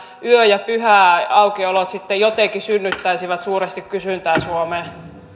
yö ja pyhäaukiolot sitten jotenkin synnyttäisivät suuresti kysyntää suomeen